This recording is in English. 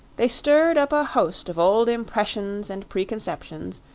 they stirred up a host of old impressions and preconceptions,